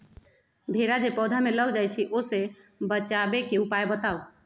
भेरा जे पौधा में लग जाइछई ओ से बचाबे के उपाय बताऊँ?